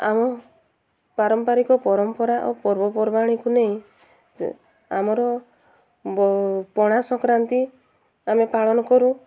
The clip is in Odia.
ଆମ ପାରମ୍ପାରିକ ପରମ୍ପରା ଓ ପର୍ବପର୍ବାଣୀକୁ ନେଇ ଆମର ପଣା ସଂକ୍ରାନ୍ତି ଆମେ ପାଳନ କରୁ